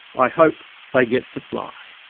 i hope they get to fly.